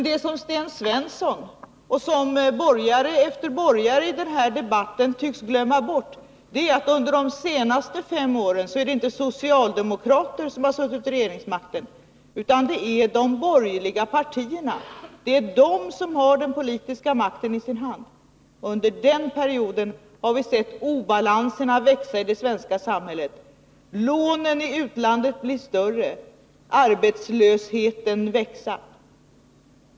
Det som Sten Svensson och borgare efter borgare tycks glömma bort är att under de senaste fem åren är det inte socialdemokraterna som har suttit vid regeringsmakten, utan det är de borgerliga partierna. Det är de som har den politiska makten i sin hand. Under den perioden har vi sett obalanserna växa i det svenska samhället, lånen i utlandet bli större, arbetslösheten växa.